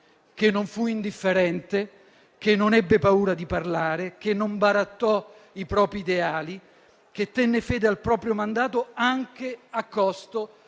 che non fu indifferente, che non ebbe paura di parlare, che non barattò i propri ideali, che tenne fede al proprio mandato, anche a costo